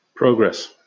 Progress